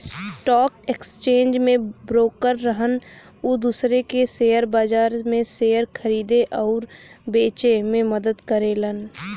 stock exchange में broker रहन उ दूसरे के शेयर बाजार में शेयर खरीदे आउर बेचे में मदद करेलन